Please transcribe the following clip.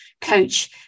coach